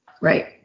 Right